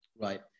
Right